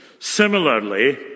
Similarly